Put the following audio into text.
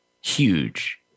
huge